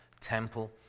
temple